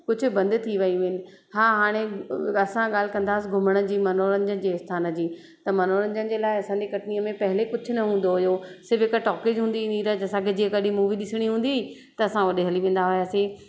कुछ बंदि थी वियूं आहिनि हा हाणे असां ॻाल्हि कंदासीं घुमण जी मनोरंजन जे स्थान जी त मनोरंजन जे लाइ असांजे कटनीअ में पहिले कुझु न हूंदो हुओ सिर्फ़ु हिकु टॉकेज हूंदी नीरज असांखे जीअं कढी मूवी ॾिसिणी हूंदी त असां होॾे हली वेंदा होयासीं